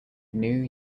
new